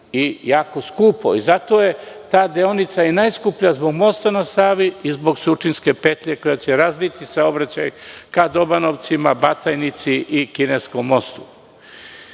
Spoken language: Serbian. i jako skupo. Zato je ta deonica i najskuplja zbog Mosta na Savi i zbog Surčinske petlje koja razviti saobraćaj ka Dobanovcima, Batajnici i Kineskom mostu.